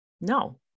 No